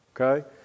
Okay